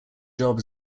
job